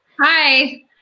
Hi